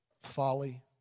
folly